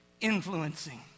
influencing